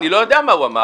אני לא יודע מה הוא אמר.